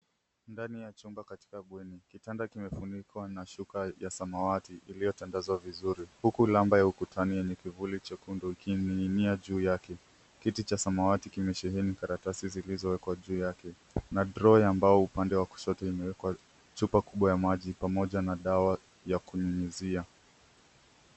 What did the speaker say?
Ndani ya chumba katika bweni, kitanda kimefunikwa na shuka ya samawati iliyotandazwa vizuri. Huku lamba ya ukutani yenye kifuli chekundu ikining'inia juu yake. Kiti cha samawati kimesheheni karatasi zilizo wekwa juu yake. Na (cs)drawer(cs) ya mbao upande wa kushoto, imewekwa chupa kubwa ya maji pamoja na dawa ya kunyunyuzia.